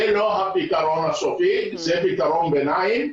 זה לא הפתרון הסופי, זה פתרון ביניים.